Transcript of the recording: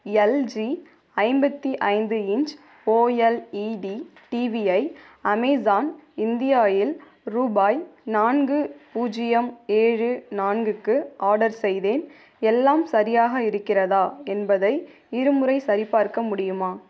LG ஐம்பத்தி ஐந்து inch O L E D TV ஐ அமேசான் இந்தியா இல் ரூபாய் நான்கு பூஜ்ஜியம் ஏழு நான்கு க்கு ஆடர் செய்தேன் எல்லாம் சரியாக இருக்கிறதா என்பதை இருமுறை சரிபார்க்க முடியுமா